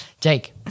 Jake